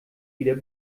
wieder